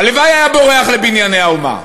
הלוואי היה בורח ל"בנייני האומה".